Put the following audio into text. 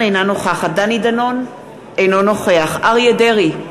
אינה נוכחת דני דנון, אינו נוכח אריה דרעי,